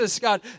God